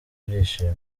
ibyishimo